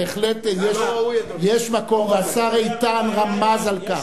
בהחלט יש מקום, והשר איתן רמז על כך,